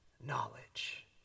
knowledge